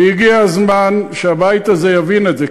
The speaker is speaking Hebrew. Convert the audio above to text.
והגיע הזמן שהבית הזה יבין את זה,